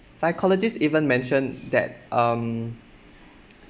psychologist even mention that um